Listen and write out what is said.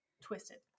Twisted